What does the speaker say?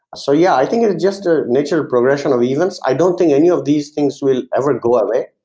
so yeah, i think it's just a nature progression of events. i don't think any of these things will ever go away.